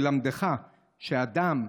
ללמדך שאדם,